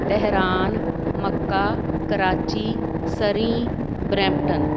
Tehran mecca Karachi Surrey Brampton